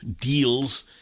deals